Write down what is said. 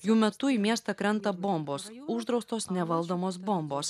jų metu į miestą krenta bombos uždraustos nevaldomos bombos